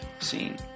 scene